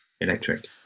electric